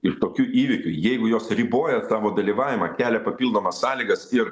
iš tokių įvykių jeigu jos riboja tavo dalyvavimą kelia papildomas sąlygas ir